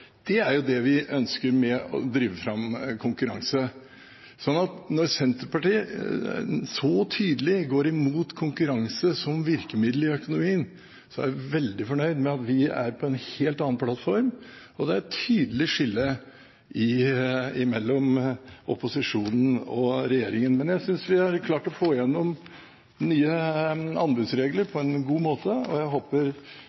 Det er jo det vi ønsker med å drive fram konkurranse. Når Senterpartiet så tydelig går imot konkurranse som virkemiddel i økonomien, er jeg veldig fornøyd med at vi er på en helt annen plattform. Det er et tydelig skille mellom opposisjonen og regjeringen, men jeg synes vi har klart å få igjennom nye anbudsregler